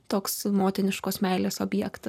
toks motiniškos meilės objektas